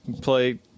play